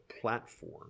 platform